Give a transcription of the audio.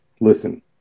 Listen